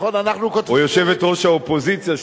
או יושבת-ראש האופוזיציה,